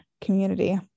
community